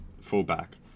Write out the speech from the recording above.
fullback